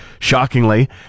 shockingly